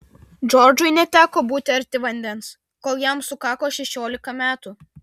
džordžui neteko būti arti vandens kol jam sukako šešiolika metų